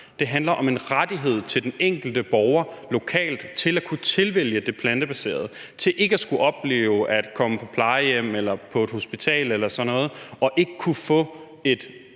Det handler om en rettighed til den enkelte borger lokalt til at kunne tilvælge det plantebaserede, til ikke at skulle opleve at komme på plejehjem eller på hospital eller sådan noget og ikke kunne få et